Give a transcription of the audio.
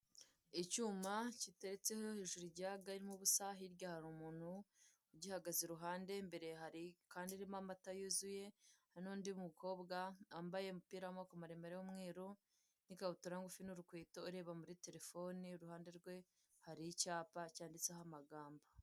Icyuma giteretseho hejuru ijage irmo ubusa hirya hari umuntu ugihagaze iruhande, imbere hari ijerekani irimo amata yuzuye hari n'undi mukobwa wambaye umupira w'amaboko maremare w'umweru , n'ikabutura ngufi n'urukweto ureba muri telefone iruhande rwe hari icyapa cyanditseho amagambo.